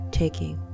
taking